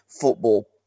football